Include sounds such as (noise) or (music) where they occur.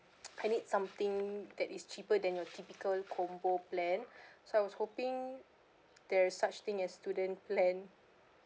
(noise) I need something that is cheaper than your typical combo plan (breath) so I was hoping there is such thing as student plan